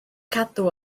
cadw